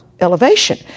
elevation